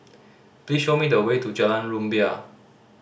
please show me the way to Jalan Rumbia